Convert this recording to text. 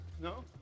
No